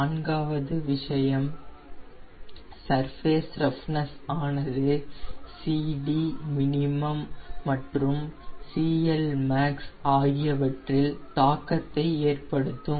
நான்காவது விஷயம் surface roughness ஆனது CDmin மற்றும் CLmax ஆகியவற்றில் தாக்கத்தை ஏற்படுத்தும்